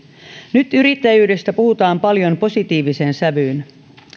nyt yrittäjyydestä puhutaan paljon positiiviseen sävyyn